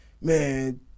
man